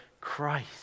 Christ